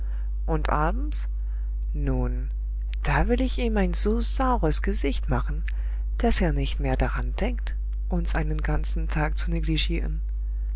und abends nun da will ich ihm ein so saures gesicht machen daß er nicht mehr daran denkt uns einen ganzen tag zu negligieren